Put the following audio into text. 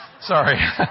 Sorry